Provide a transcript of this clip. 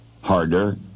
harder